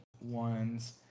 ones